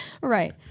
Right